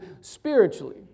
spiritually